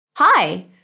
Hi